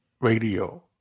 Radio